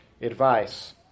advice